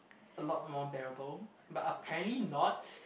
a lot more bearable but apparently not